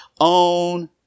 own